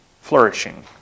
flourishing